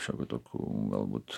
šiokių tokių galbūt